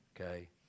okay